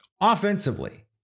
offensively